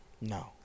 No